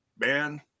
man